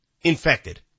infected